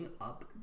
Up